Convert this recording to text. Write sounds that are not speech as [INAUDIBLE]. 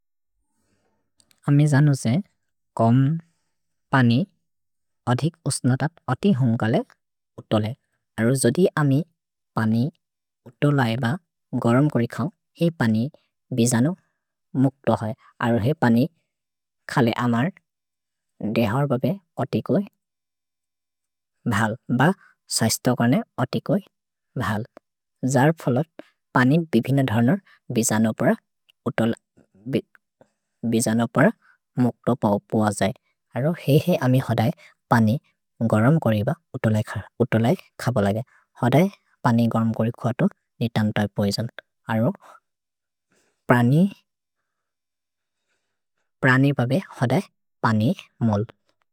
अमि जनु जे कम् पनि अधिक् उस्नतत् अति होन् कले उतोले। अरो जोदि अमि पनि उतोलए ब गरम् करि खम्, हि पनि बिजनो मुक्त होइ। अरो हे पनि खले अमर् देहर् बबे अति कोइ भल्। भ सहिस्त कर्ने अति कोइ भल्। जर् फलत् पनि बिबिन धरनर् बिजनो पर उतोल, बिजनो पर मुक्त पओ पो अजै। अरो हे हे अमि होदय् पनि गरम् करि ब उतोलए खर्, उतोलए खब लगे। होदय् पनि गरम् करि खु अतो नीतन् तैप् होइ जन्त्। अरो प्रनि, [HESITATION] प्रनि बबे होदय् पनि मोल्।